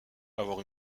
avoir